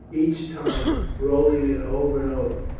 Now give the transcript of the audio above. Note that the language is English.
each time rolling it over and over.